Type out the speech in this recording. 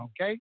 Okay